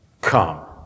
come